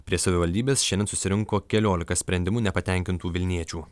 prie savivaldybės šiandien susirinko keliolika sprendimu nepatenkintų vilniečių